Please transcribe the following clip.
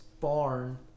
barn